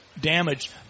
damaged